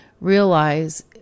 realize